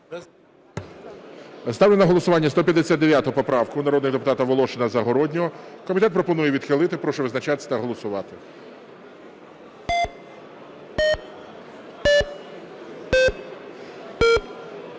Ставлю на голосування 159 поправку народного депутата Волошина, Загороднього. Комітет пропонує відхилити. Прошу визначатися та голосувати.